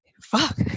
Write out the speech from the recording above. fuck